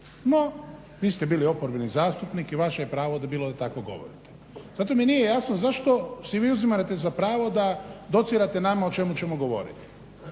No, vi ste bili oporbeni zastupnik i vaš je pravo bilo da tako govorite. Zato mi nije jasno zašto si vi uzimate za pravo da docirate nama o čemu ćemo govoriti?